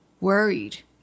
worried